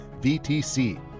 VTC